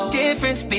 difference